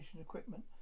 equipment